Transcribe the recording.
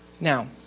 Now